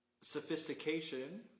sophistication